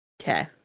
Okay